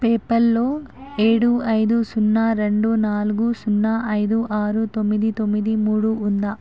పేపాల్లో ఏడు ఐదు సున్నా రెండు నాలుగు సున్నా ఐదు ఆరు తొమ్మిది తొమ్మిది మూడు ఉందా